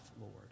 Lord